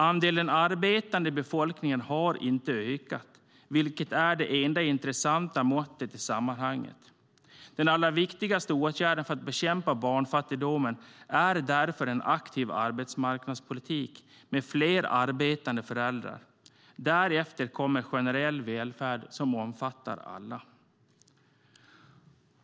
Andelen arbetande i befolkningen har inte ökat, vilket är det enda intressanta måttet i sammanhanget. Den allra viktigaste åtgärden för att bekämpa barnfattigdomen är därför en aktiv arbetsmarknadspolitik med fler arbetande föräldrar. Därefter kommer en generell välfärd som omfattar alla.